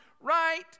right